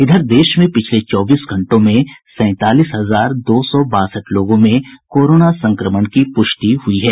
इधर देश में पिछले चौबीस घंटे में सैंतालीस हजार दो सौ बासठ लोगों में कोरोना संक्रमण की पुष्टि हुई है